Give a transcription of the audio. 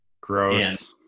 Gross